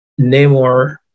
Namor